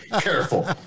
careful